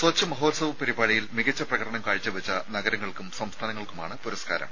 സ്വച്ഛ് മഹോത്സവ് പരിപാടിയിൽ മികച്ച പ്രകടനം കാഴ്ചവെച്ച നഗരങ്ങൾക്കും സംസ്ഥാനങ്ങൾക്കുമാണ് പുരസ്കാരം